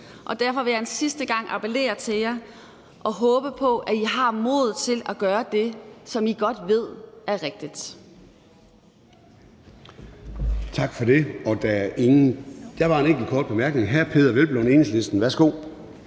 derfor vil jeg en sidste gang appellere til jer og håbe på, at I har modet til at gøre det, som I godt ved er rigtigt.